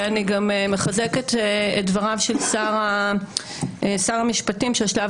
אני גם מחזקת את דבריו של שר המשפטים שהשלב